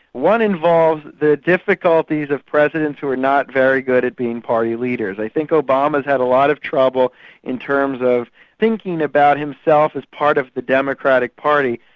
one involved the difficulties of presidents who were not very good at being party leaders. i think obama's had a lot of trouble in terms of thinking about himself as part of the democratic party,